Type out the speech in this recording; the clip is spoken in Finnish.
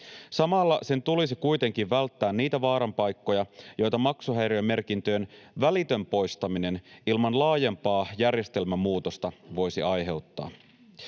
Samalla sen tulisi kuitenkin välttää niitä vaaranpaikkoja, joita maksuhäiriömerkintöjen välitön poistaminen ilman laajempaa järjestelmämuutosta voisi aiheuttaa.